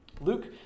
Luke